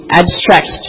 abstract